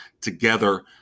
together